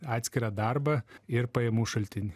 atskirą darbą ir pajamų šaltinį